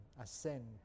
ascend